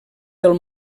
del